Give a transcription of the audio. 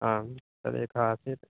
आं तदेकः आसीत्